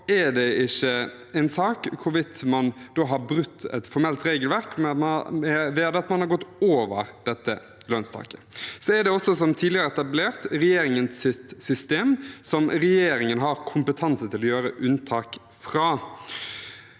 dette en sak om hvorvidt man har brutt et formelt regelverk ved at man har gått over dette lønnstaket. Dette er også, som tidligere etablert, regjeringens system, som regjeringen har kompetanse til å gjøre unntak fra.